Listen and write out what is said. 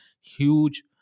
huge